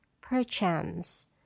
perchance